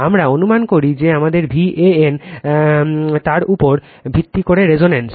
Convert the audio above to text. আমরা অনুমান করি যে আমাদের Van তার উপর ভিত্তি করে রেফারেন্স